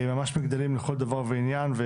ממש מגדלים לכל דבר ועניין.